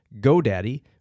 GoDaddy